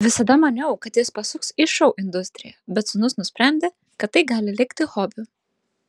visada maniau kad jis pasuks į šou industriją bet sūnus nusprendė kad tai gali likti hobiu